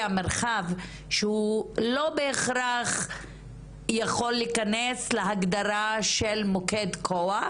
המרחב שהוא לא בהכרח יכול להיכנס להגדרה של מוקד כוח,